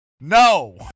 No